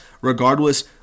regardless